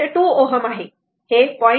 2 Ω आहे हे 0